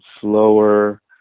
slower